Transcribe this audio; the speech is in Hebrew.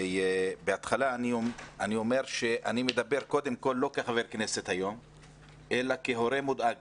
אני מדבר היום לא כחבר כנסת אלא קודם כול כהורה מודאג